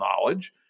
knowledge